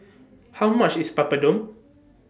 How much IS Papadum